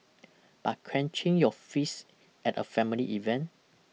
but clenching your fists at a family event